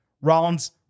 Rollins